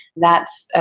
that's, ah